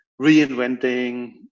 reinventing